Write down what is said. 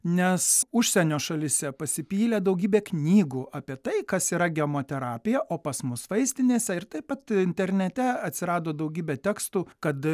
nes užsienio šalyse pasipylė daugybė knygų apie tai kas yra gemoterapija o pas mus vaistinėse ir taip pat internete atsirado daugybė tekstų kad